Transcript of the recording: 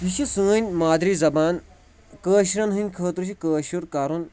یُس یہِ سٲنۍ مادری زبان کٲشرٮ۪ن ہٕنٛدۍ خٲطرٕ چھِ کٲشُر کَرُن